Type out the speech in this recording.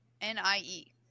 N-I-E